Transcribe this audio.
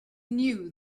knew